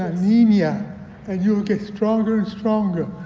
i mean yeah and you will get stronger and stronger.